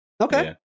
Okay